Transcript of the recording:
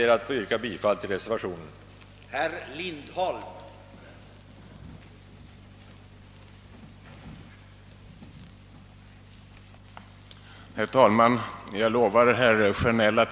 Jag yrkar bifall till reservationen 4 a av herr Axel Andersson m.fl.